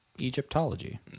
Egyptology